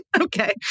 okay